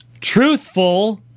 truthful